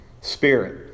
spirit